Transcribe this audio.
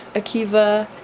akiva